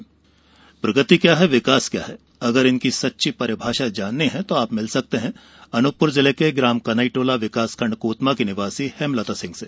आजीविका मिशन प्रगति क्या है विकास क्या है अगर इनकी सच्ची परिभाषा जाननी है तो आप मिल सकते हैं अनूपपुर ज़िले के ग्राम कनईटोला विकासखंड कोतमा की निवासी हेमलता सिंह से